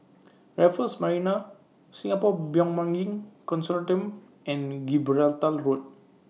Raffles Marina Singapore Bioimaging Consortium and Gibraltar Road